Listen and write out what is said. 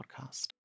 podcast